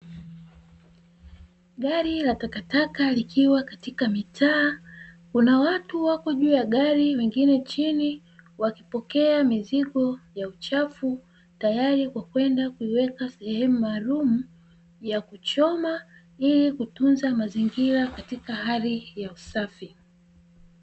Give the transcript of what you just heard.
Gari la takataka likiwa katika mitaa, kuna watu wako juu ya gari wengine chini wakipokea mizigo ya uchafu tayari kwa kwenda kuiweka sehemu maalumu ya kuchoma ili kutunza mazingira katika hali ya usafi.